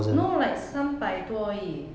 no like 三百多而已